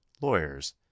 lawyers